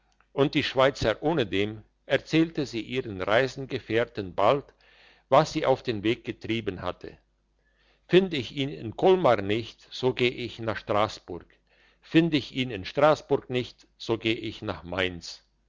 und die schweizer ohnedem erzählte sie ihren reisegefährten bald was sie auf den weg getrieben hatte find ich ihn in kolmar nicht so geh ich nach strassburg find ich ihn in strassburg nicht so geh ich nacher mainz